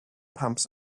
pumps